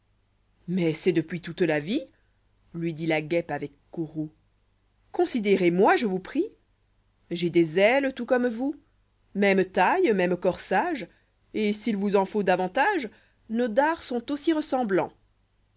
mais c'est depuis toute la vie lui dit la guêpe avec courroux considérez moi je vous prie j i de aile tout comme yquc livre v mères taille même corsage et il vous en faut davantage nos dards sont aussi ressemblant